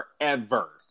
forever